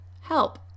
Help